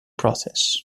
process